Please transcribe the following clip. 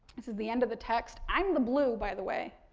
this is the end of the text. i'm the blue, by the way.